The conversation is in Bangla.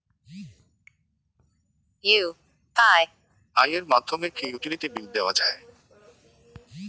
ইউ.পি.আই এর মাধ্যমে কি ইউটিলিটি বিল দেওয়া যায়?